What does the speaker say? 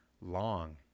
long